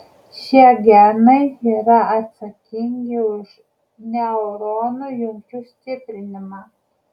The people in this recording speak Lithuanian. šie genai yra atsakingi už neuronų jungčių stiprinimą